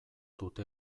dute